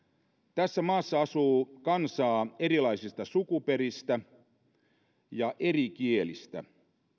tässä maassa asuu kansaa erilaisista sukuperistä ja eri kielistä